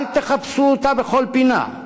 אל תחפשו אותה בכל פינה,